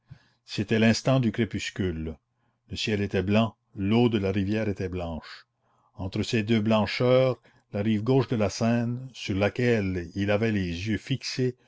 c'était l'instant du crépuscule le ciel était blanc l'eau de la rivière était blanche entre ces deux blancheurs la rive gauche de la seine sur laquelle il avait les yeux fixés